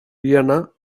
vienna